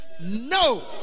no